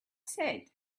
said